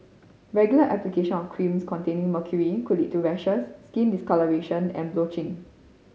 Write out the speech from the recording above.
regular application of creams containing mercury could lead to rashes skin discolouration and blotching